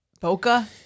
Boca